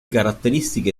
caratteristiche